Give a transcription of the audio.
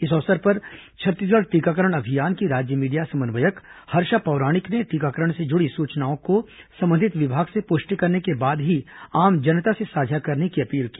इस अवसर पर छत्तीसगढ़ टीकाकरण अभियान की राज्य मीडिया समन्वयक हर्षा पौराणिक ने टीकाकरण से जुड़ी सूचनाओं की संबंधित विभागों से पुष्टि करने के बाद ही आम जनता से साझा करने की अपील की